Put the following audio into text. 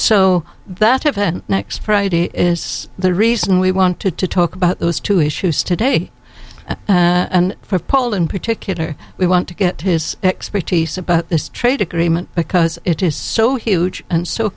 so that if next friday is the reason we wanted to talk about those two issues today and for a poll in particular we want to get his expertise about this trade agreement because it is so huge and s